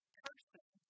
person